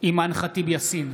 אימאן ח'טיב יאסין,